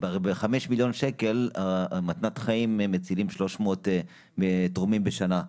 וב-5 מיליון שקל מתנת חיים מצילים 300 נתרמים בשנה.